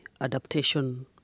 adaptation